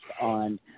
on